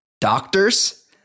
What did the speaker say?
doctors